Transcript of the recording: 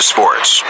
Sports